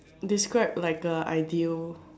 describe like a ideal